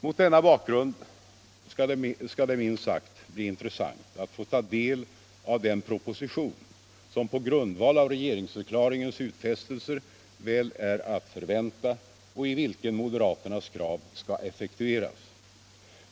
Mot denna bakgrund skall det bli minst sagt intressant att få ta del av den proposition som på grundval av regeringsförklaringens utfästelser väl är att förvänta och i vilken moderaternas krav skall effektueras.